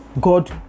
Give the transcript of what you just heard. God